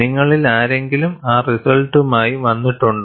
നിങ്ങളിൽ ആരെങ്കിലും ആ റിസൾട്ടുമായി വന്നിട്ടുണ്ടോ